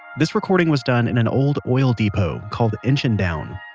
this recording was done in an old oil depot called inchindown.